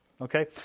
okay